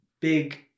Big